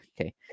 Okay